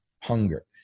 hunger